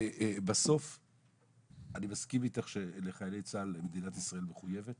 בסוף אני מסכים איתך שלחיילי צה"ל מדינת ישראל מחויבת